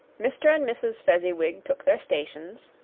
mr. and mrs. fezziwig took their stations,